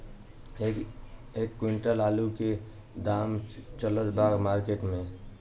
एक क्विंटल आलू के का दाम चलत बा मार्केट मे?